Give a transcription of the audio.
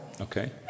Okay